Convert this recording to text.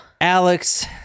Alex